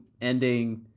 ending